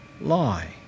lie